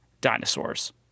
dinosaurs